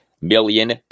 million